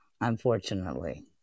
Unfortunately